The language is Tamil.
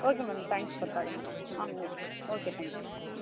okay ma'am thanks for calling ah okay okay thank you